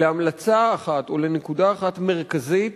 להמלצה אחת או לנקודה אחת מרכזית